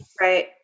Right